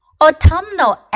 Autumnal